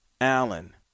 Allen